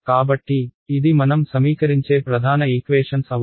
కాబట్టి ఇది మనం సమీకరించే ప్రధాన ఈక్వేషన్స్ అవుతాయి